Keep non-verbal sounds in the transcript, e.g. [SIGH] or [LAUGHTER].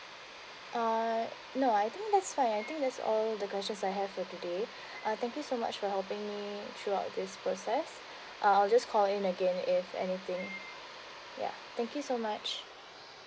uh no I think that's fine I think that's all the questions I have for today [BREATH] uh thank you so much for helping me throughout this process [BREATH] uh I will just call in again if anything ya thank you so much